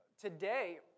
today